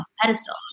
pedestal